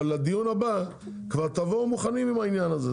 אבל, לדיון הבא, כבר תבואו מוכנים עם העניין הזה.